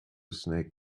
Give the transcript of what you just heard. snake